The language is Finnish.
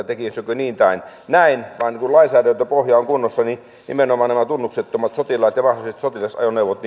tekisikö niin tai näin vaan kun lainsäädäntöpohja on kunnossa niin nimenomaan nämä tunnuksettomat sotilaat ja mahdolliset sotilasajoneuvot